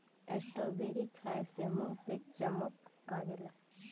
strawberry खाए से मुंह पे चमक आवेला